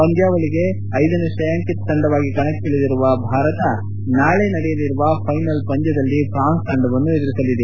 ಪಂದ್ಯಾವಳಿಗೆ ಐದನೇ ಶ್ರೇಯಾಂಕಿತ ತಂಡವಾಣಿ ಕಣಕ್ಕಿ ಳಿದಿರುವ ಭಾರತ ತಂಡ ನಾಳಿ ನಡೆಯಲಿರುವ ಫೈನಲ್ ಪಂದ್ಯದಲ್ಲಿ ಫ್ರಾನ್ಸ್ ತಂಡವನ್ನು ಎದುರಿಸಲಿದೆ